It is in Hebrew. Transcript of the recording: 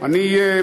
אני מציע,